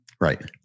Right